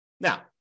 Now